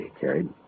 carried